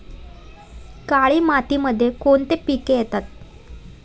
काळी मातीमध्ये कोणते पिके येते?